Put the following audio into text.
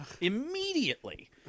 Immediately